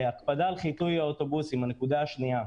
הקפדה על חיטוי האוטובוסים, הנקודה השנייה.